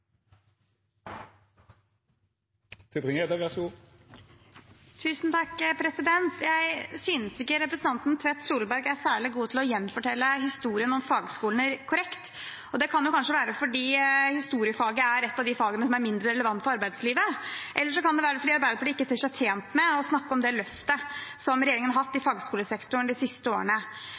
særlig god til å gjenfortelle historien om fagskolene korrekt. Det kan kanskje være fordi historiefaget er et av de fagene som er mindre relevant for arbeidslivet, eller så kan det være fordi Arbeiderpartiet ikke ser seg tjent med å snakke om det løftet som regjeringen har tatt i fagskolesektoren de siste årene.